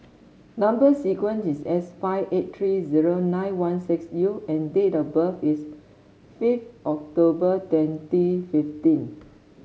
number sequence is S five eight three zero nine one six U and date of birth is fifth October twenty fifteen